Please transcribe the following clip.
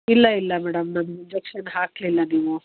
ಇಲ್ಲ ಇಲ್ಲ ಮೇಡಮ್ ನಂಗೆ ಇಂಜೆಕ್ಷನ್ ಹಾಕಲಿಲ್ಲ ನೀವು